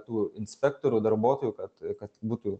tų inspektorių darbuotojų kad kad būtų